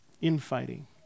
Infighting